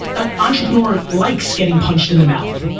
an entrepreneur likes getting punched in the mouth